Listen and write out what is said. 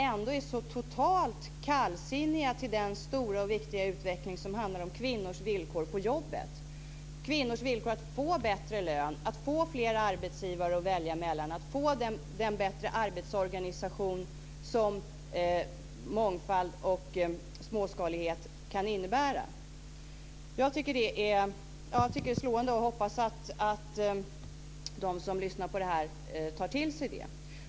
Ändå är ni totalt kallsinniga till den stora och viktiga utveckling som handlar om kvinnors villkor på jobbet - bättre lön, fler arbetsgivare att välja mellan och den förbättrade arbetsorganisation som mångfald och småskalighet kan innebära. Jag tycker att det är slående. Jag hoppas att de som lyssnar på debatten tar till sig det.